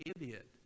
idiot